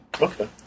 Okay